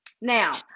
Now